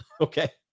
okay